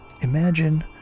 Imagine